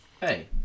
Hey